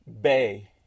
Bay